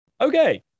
Okay